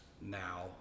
now